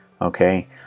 okay